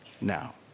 now